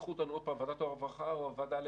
ישלחו אותנו שוב לוועדת הרווחה או לוועדה